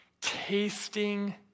tasting